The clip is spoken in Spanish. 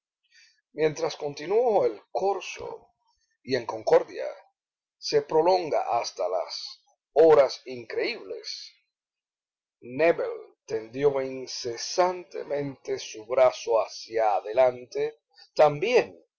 mientras continuó el corso y en concordia se prolonga hasta horas increíbles nébel tendió incesantemente su brazo hacia adelante